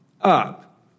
up